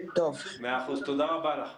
תודה רבה לך.